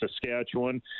Saskatchewan